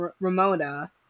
Ramona